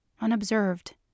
unobserved